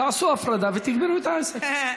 תעשו הפרדה ותגמרו את העסק.